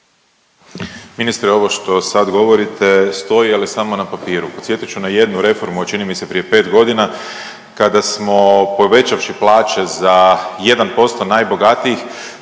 Ministre ovo što sad govorite stoji, ali samo na papiru. Podsjetit ću na jednu reformu od čini mi se prije 5 godina kada smo povećavši plaće za 1% najbogatijih